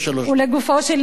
ולגופו של עניין,